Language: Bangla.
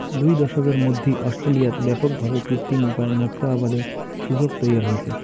দুই দশকের মধ্যি অস্ট্রেলিয়াত ব্যাপক ভাবে কৃত্রিম উপায় মুক্তা আবাদের সুযোগ তৈয়ার হইচে